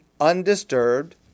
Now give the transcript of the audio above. undisturbed